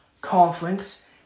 Conference